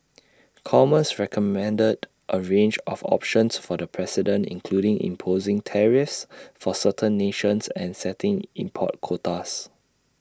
commerce recommended A range of options for the president including imposing tariffs for certain nations and setting import quotas